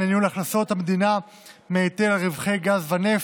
לניהול הכנסות המדינה מהיטל רווחי גז ונפט,